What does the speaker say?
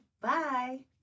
Bye